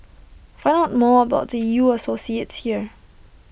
find out more about U associates here